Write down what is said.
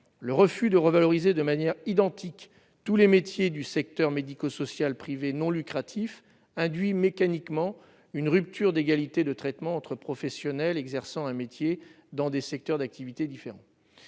le refus de revaloriser de manière identique tous les métiers du secteur médico-social privé non lucratif induit mécaniquement une rupture d'égalité de traitement entre professionnels exerçant un métier dans des secteurs d'activité différents,